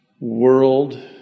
world